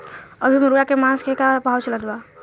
अभी मुर्गा के मांस के का भाव चलत बा?